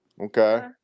Okay